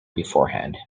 beforehand